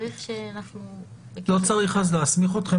לא צריך להסמיך אתכם